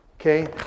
Okay